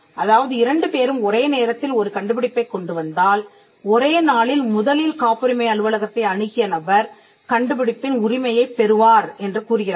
அதாவது இரண்டு பேரும் ஒரே நேரத்தில் ஒரு கண்டுபிடிப்பைக் கொண்டு வந்தால் ஒரே நாளில் முதலில் காப்புரிமை அலுவலகத்தை அணுகிய நபர் கண்டுபிடிப்பின் உரிமையைப் பெறுவார் என்று கூறுகிறார்கள்